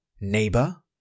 neighbor